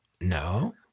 no